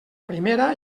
primera